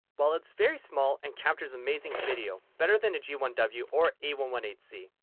while it's very small and captures amazing video, better than the g one w or a one one eight c.